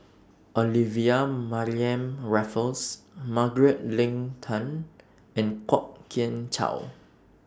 Olivia Mariamne Raffles Margaret Leng Tan and Kwok Kian Chow